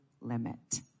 limit